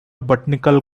botanical